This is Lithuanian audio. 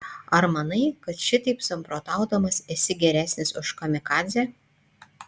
ar manai kad šitaip samprotaudamas esi geresnis už kamikadzę